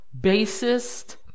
bassist